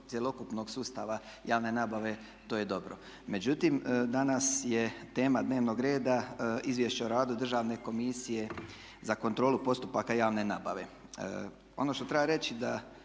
cjelokupnog sustava javne nabave to je dobro. Međutim, danas je tema dnevnog reda Izvješće o radu Državne komisije za kontrolu postupaka javne nabave. Ono što treba reći da